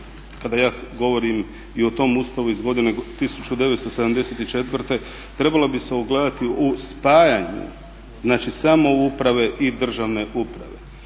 kada ja govorim o tom Ustavu iz 1974.trebala bi se ogledati u spajanju samouprave i državne uprave.